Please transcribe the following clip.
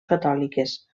catòliques